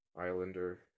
Islander